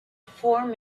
form